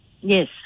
Yes